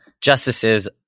justices